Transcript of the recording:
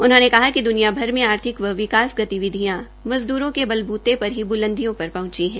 उन्होंने कहा कि दुनिया भर के आर्थिक व विकास गतिविधियां मज़दूरों के बलबूते ही ब्लदियों पर पहंची है